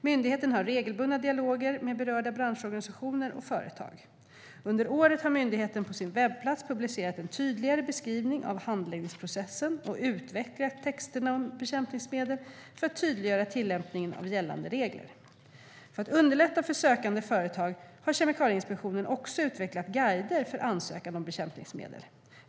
Myndigheten har regelbundna dialoger med berörda branschorganisationer och företag. Under året har myndigheten på sin webbplats publicerat en tydligare beskrivning av handläggningsprocessen och utvecklat texterna om bekämpningsmedel för att tydliggöra tillämpningen av gällande regler. För att underlätta för sökande företag har Kemikalieinspektionen också utvecklat guider för ansökan om godkännande av bekämpningsmedel.